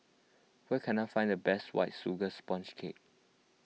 where can I find the best White Sugar Sponge Cake